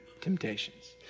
temptations